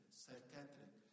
psychiatric